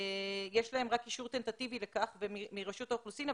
יש להם רק אישור טנטטיבי לכך מרשות האוכלוסין,